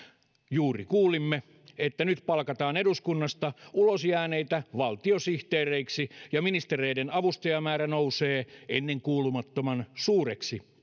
juuri kuulimme että nyt palkataan eduskunnasta ulos jääneitä valtiosihteereiksi ja ministereiden avustajamäärä nousee ennenkuulumattoman suureksi